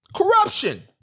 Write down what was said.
Corruption